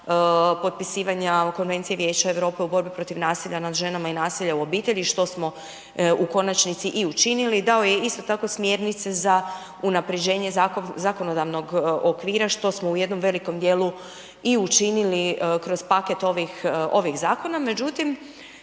potpisivanja Konvencije Vijeća EU u borbi protiv nasilja nad ženama i nasilja u obitelji, što smo u konačnici i učinili. Dao je isto tako, smjernice za unaprjeđenje zakonodavnog okvira što smo u jednom velikom dijelu i učinili kroz paket ovih zakona, međutim,